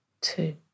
two